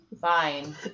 Fine